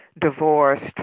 divorced